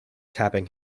tapping